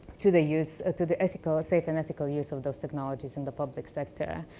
to the use, to the ethical, ah safe and ethical use of those technologies in the public sector.